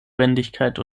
wendigkeit